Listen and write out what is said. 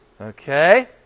Okay